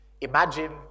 Imagine